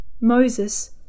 Moses